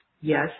yes